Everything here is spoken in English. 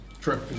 True